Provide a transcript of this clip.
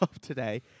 today